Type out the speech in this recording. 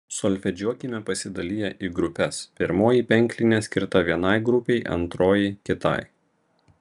solfedžiuokime pasidaliję į grupes pirmoji penklinė skirta vienai grupei antroji kitai